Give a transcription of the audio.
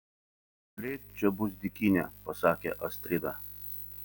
greit čia bus dykynė pasakė astrida